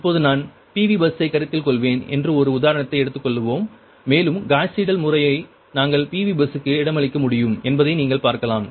இப்போது நான் PV பஸ்சை கருத்தில் கொள்வேன் என்று ஒரு உதாரணத்தை எடுத்துக்கொள்வோம் மேலும் காஸ் சீடல் முறையில் நாங்கள் PV பஸ்க்கு இடமளிக்க முடியும் என்பதை நீங்கள் பார்க்கலாம்